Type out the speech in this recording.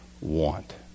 want